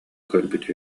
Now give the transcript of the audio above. көрбүт